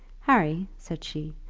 harry, said she,